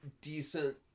decent